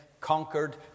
conquered